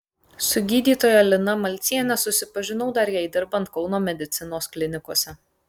su gydytoja lina malciene susipažinau dar jai dirbant kauno medicinos klinikose